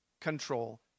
control